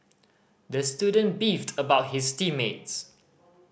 the student beefed about his team mates